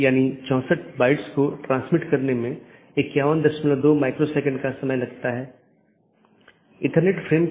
यहां R4 एक स्रोत है और गंतव्य नेटवर्क N1 है इसके आलावा AS3 AS2 और AS1 है और फिर अगला राउटर 3 है